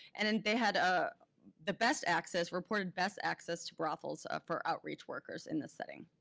and and they had ah the best access, reported best access to brothels for outreach workers in this setting.